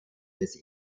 des